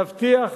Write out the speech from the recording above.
להבטיח